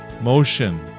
motion